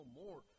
more